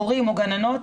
הורים או גננות,